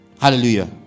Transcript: Hallelujah